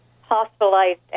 hospitalized